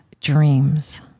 dreams